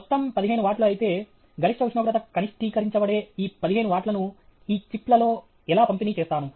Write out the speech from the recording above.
మొత్తం 15 వాట్లు అయితే గరిష్ట ఉష్ణోగ్రత కనిష్టీకరించబడే ఈ 15 వాట్లను ఈ చిప్లలో ఎలా పంపిణీ చేస్తాను